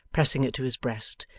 pressing it to his breast,